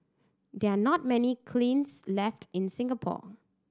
there are not many kilns left in Singapore